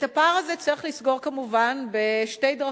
את הפער הזה צריך לסגור כמובן בשתי דרכים.